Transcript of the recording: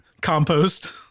Compost